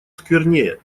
сквернее